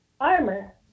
armor